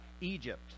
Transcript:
Egypt